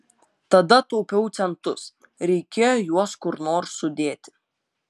tada taupiau centus reikėjo juos kur nors sudėti